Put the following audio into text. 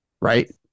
Right